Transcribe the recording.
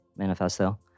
Manifesto